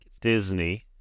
Disney